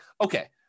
Okay